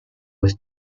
was